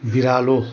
बिरालो